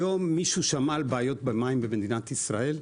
היום מישהו שמע על בעיות במים במדינת ישראל?